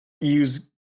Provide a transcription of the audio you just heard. use